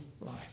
life